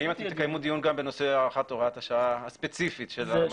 האם תקיימו דיון גם בנושא הארכת הוראת השעה הספציפית של 200?